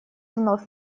вновь